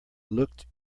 looked